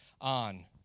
on